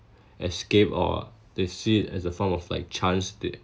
escape or they see it as a form of like chance did